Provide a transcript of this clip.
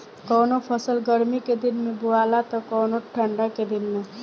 कवनो फसल गर्मी के दिन में बोआला त कवनो ठंडा के दिन में